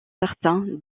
certain